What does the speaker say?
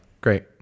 great